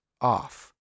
off